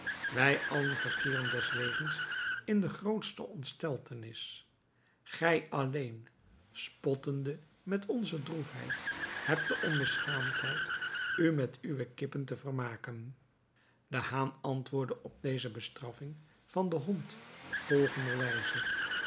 wij allen verkeeren deswegens in de grootste ontsteltenis gij alleen spottende met onze droefheid hebt de onbeschaamdheid u met uwe kippen te vermaken de haan antwoordde op deze bestraffing van den hond volgender